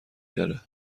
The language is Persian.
داره